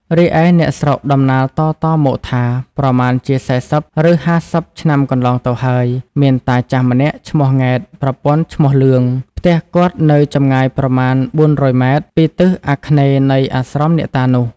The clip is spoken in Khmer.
រីឯអ្នកស្រុកដំណាលតៗមកថា ប្រមាណជា ៤០ ឬ ៥០ ឆ្នាំកន្លងទៅហើយ មានតាចាស់ម្នាក់ឈ្មោះង៉ែត ប្រពន្ធ ឈ្មោះលឿង ផ្ទះគាត់នៅចម្ងាយប្រមាណ ៤០០ម ពីទិសអាគ្នេយ៍នៃអាស្រមអ្នកតានោះ ។